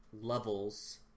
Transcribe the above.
levels